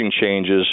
changes